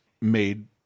made